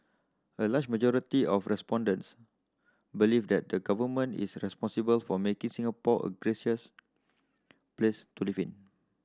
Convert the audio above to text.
a large majority of respondents believe that the Government is responsible for making Singapore a gracious place to live in